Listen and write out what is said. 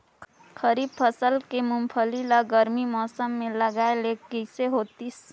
खरीफ फसल के मुंगफली ला गरमी मौसम मे लगाय ले कइसे होतिस?